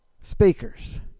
speakers